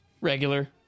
regular